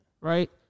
right